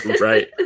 Right